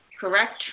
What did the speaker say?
correct